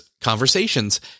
conversations